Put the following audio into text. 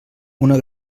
una